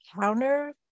counter